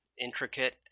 intricate